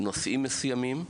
נושאים מסוימים,